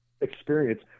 experience